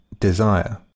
Desire